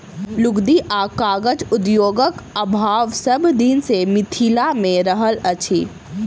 लुगदी आ कागज उद्योगक अभाव सभ दिन सॅ मिथिला मे रहल अछि